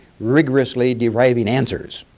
rigorously deriving answers.